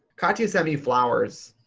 katya sent me flowers.